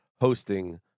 hosting